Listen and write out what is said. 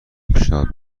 پیشنهاد